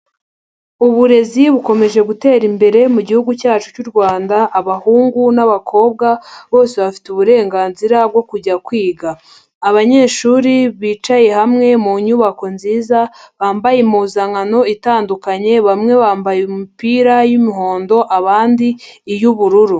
Uburezi bukomeje gutera imbere mugi cyacu cy'u Rwanda, abahungu nabakobwa bose bafite uburenganzira bwo kujya kwiga, abanyeshuri bicaye hamwe mu nyubako nziza bambaye impuzankano itandukanye, bamwe bambaye imipira y'umuhondo, abandi iy'ubururu.